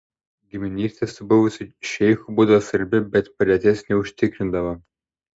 giminystė su buvusiu šeichu būdavo svarbi bet padėties neužtikrindavo